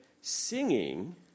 singing